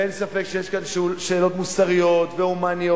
ואין ספק שיש כאן שאלות מוסריות והומניות,